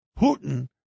Putin